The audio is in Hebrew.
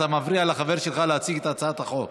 אתה מפריע לחבר שלך להציג את הצעת החוק.